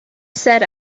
said